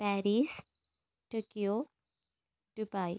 Paris Tokyo Dubai